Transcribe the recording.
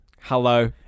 Hello